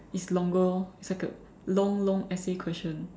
it's longer orh it's like a long long essay question